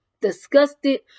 disgusted